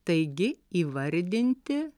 taigi įvardinti